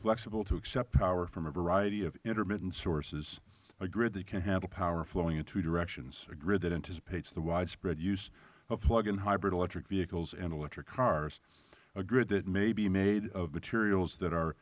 flexible to accept power from a variety of intermittent sources a grid that can handle power flowing in two directions a grid that anticipates the widespread use of plug in hybrid electric vehicles and electric cars a grid that may be made of materials that are